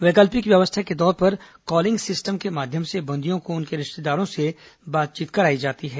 वैकल्पिक व्यवस्था के तौर पर कॉलिंग सिस्टम के माध्यम से बंदियों को उनके रिश्तेदारों से बातचीत कराई जा रही है